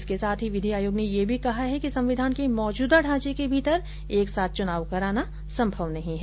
इसके साथ ही विधि आयोग ने यह भी कहा है कि संविधान के मौजूदा ढांचे के भीतर एक साथ चुनाव कराना संभव नहीं है